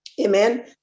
Amen